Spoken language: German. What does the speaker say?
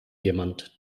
jemand